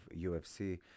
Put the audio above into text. ufc